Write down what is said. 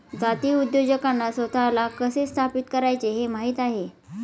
जातीय उद्योजकांना स्वतःला कसे स्थापित करायचे हे माहित आहे